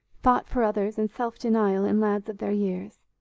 thought for others and self-denial in lads of their years.